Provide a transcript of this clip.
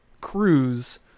cruise